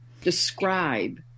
describe